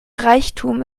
reichtum